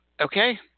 Okay